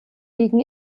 liegen